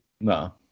No